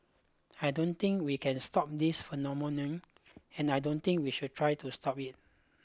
I don't think we can stop this phenomenon and I don't think we should try to stop it